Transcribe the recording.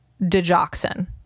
digoxin